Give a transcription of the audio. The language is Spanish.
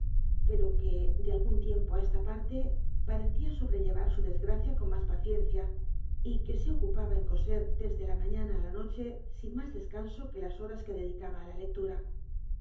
pero que de algún tiempo a esta parte pa recía sobrellevar su desgracia con más paciencia y que se ocupaba en coser desde la mañana a la noche sin más descanso que las horas que dedi caba a la lectura